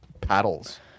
paddles